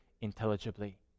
intelligibly